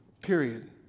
period